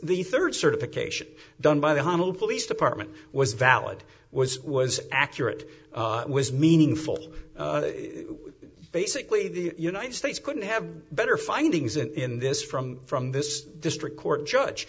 the third certification done by the honolulu police department was valid was was accurate was meaningful basically the united states couldn't have better findings and in this from from this district court judge